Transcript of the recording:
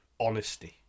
honesty